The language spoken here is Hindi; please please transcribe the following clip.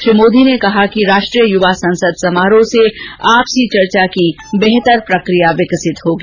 श्री मोदी ने कहा कि राष्ट्रीय युवा संसद समारोह से आपसी चर्चा की बेहतर प्रक्रिया विकसित होगी